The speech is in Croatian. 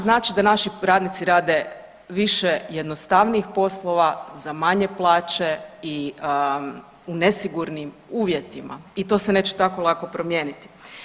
Znači da naši radnici rade više jednostavnijih poslova za manje plaće i u nesigurnim uvjetima i to se neće tako lako promijeniti.